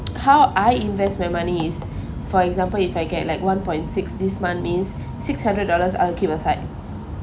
how I invest my money is for example if I get like one point six this month means six hundred dollars I'll keep aside